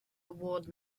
award